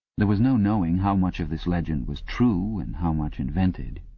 there was no knowing how much of this legend was true and how much invented.